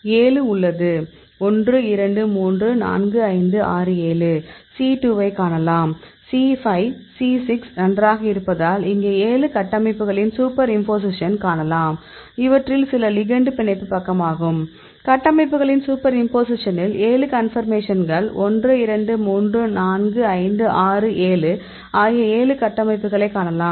7 உள்ளது 1 2 3 4 5 6 7 C 2 ஐக் காணலாம் C 5 C 6 நன்றாக இருப்பதால் இங்கே ஏழு கட்டமைப்புகளின் சூப்பர்இம்போசிஷன் காணலாம் அவற்றில் சில லிகெண்டு பிணைப்பு பக்கமாகும் கட்டமைப்புகளின் சூப்பர்இம்போசிஷன்னில் 7 கன்பர்மேஷன்கள் 1 2 3 4 5 6 7 ஆகிய ஏழு கட்டமைப்புகளைக் காணலாம்